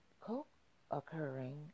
co-occurring